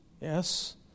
yes